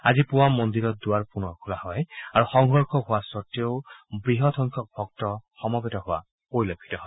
আজি পুৱা মন্দিৰ দুৱাৰ পুনৰ খোলা হয় আৰু সংঘৰ্ষ হোৱা সত্তেও বৃহৎ সংখ্যক ভক্ত সমৱেত হোৱা পৰিলক্ষিত হয়